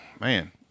man